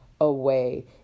away